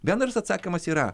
bendras atsakymas yra